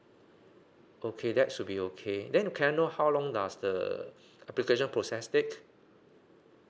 okay that should be okay then can I know how long does the application process takes